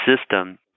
system